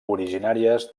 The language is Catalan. originàries